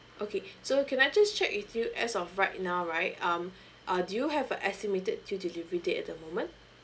okay so can I just check with you as of right now right um uh do you have an estimated due delivery date at the moment